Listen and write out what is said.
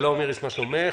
שלום איריס, מה שלומך?